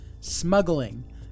smuggling